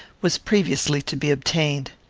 was previously to be obtained.